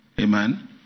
Amen